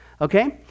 okay